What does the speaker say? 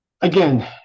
again